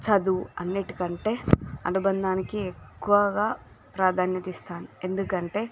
చదువు అన్నిటికంటే అనుబంధానికి ఎక్కువగా ప్రాధాన్యత ఇస్తాను ఎందుకంటే